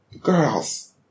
Girls